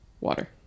water